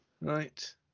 Right